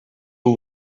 who